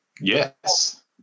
Yes